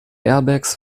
airbags